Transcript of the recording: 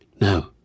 No